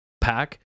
pack